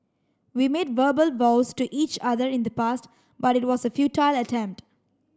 we made verbal vows to each other in the past but it was a futile attempt